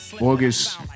August